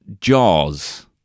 Jaws